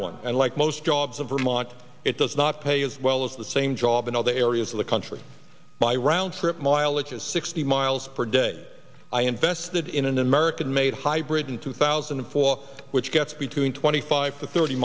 one and like most jobs of vermont it does not pay as well as the same job in all the areas of the country by round trip mileage is sixty miles per day i invested in an american made hybrid in two thousand and four which gets between twenty five to thirty